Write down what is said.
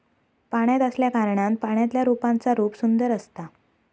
पाण्यात असल्याकारणान पाण्यातल्या रोपांचा रूप सुंदर असता